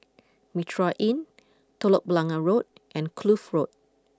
Mitraa Inn Telok Blangah Road and Kloof Road